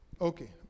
Okay